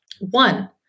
One